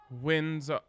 wins